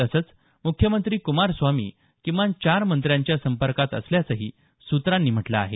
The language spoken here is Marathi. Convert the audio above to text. तसंच मुख्यमंत्री कुमारस्वामी किमान चार मंत्र्यांच्या संपर्कात असल्याचंही सूत्रांनी म्हटलं आहे